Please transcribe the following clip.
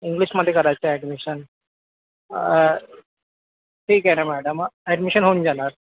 इंग्लिशमध्ये करायचं ॲडमिशन ठीक आहे ना मॅडम ॲडमिशन होऊन जाणार